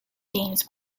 games